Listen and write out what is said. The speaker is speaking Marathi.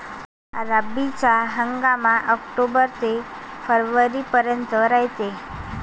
रब्बीचा हंगाम आक्टोबर ते फरवरीपर्यंत रायते